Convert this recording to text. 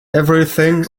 everything